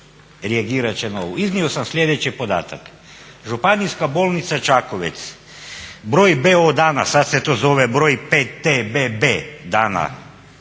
reagirati na ovo, iznio sam slijedeći podatak "Županijska bolnica Čakovec broji BO dana, sad se to zove broj PT, BB dana,